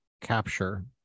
capture